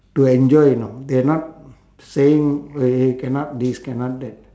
to enjoy you know they're not saying uh cannot this cannot that